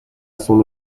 son